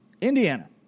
Indiana